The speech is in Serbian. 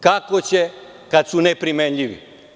Kako će, kad su neprimenljivi?